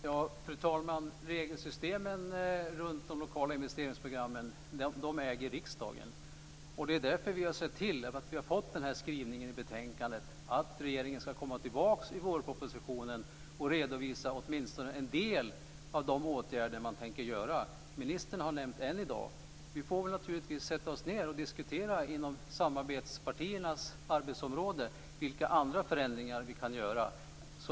Fru talman! Det är riksdagen som äger regelsystemen runt de lokala investeringsprogrammen. Det är därför vi har sett till att få skrivningen i betänkandet om att regeringen ska komma tillbaka i vårpropositionen och redovisa åtminstone en del av de åtgärder den tänker vidta. Ministern har nämnt en i dag. Vi får naturligtvis sätta oss ned och diskutera inom samarbetspartiernas arbetsområden vilka andra förändringar vi kan göra.